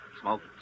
Smoke